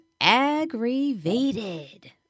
aggravated